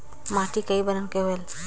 माटी कई बरन के होयल?